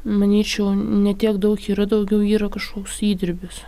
manyčiau ne tiek daug yra daugiau yra kažkoks įdirbis